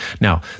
Now